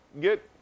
get